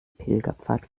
pilgerpfad